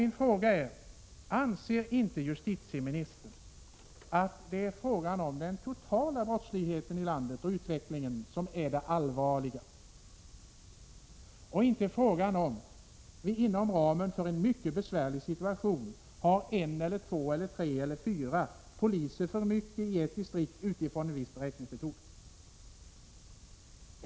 Min fråga är: Anser justitieministern att det är den totala brottsligheten och utvecklingen i landet som är det allvarliga och inte frågan om det inom ramen för en mycket besvärlig situation finns en, två, tre eller fyra poliser för mycket i ett distrikt utifrån en viss beräkningsmetod?